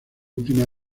últimas